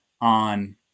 on